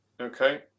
Okay